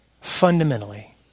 fundamentally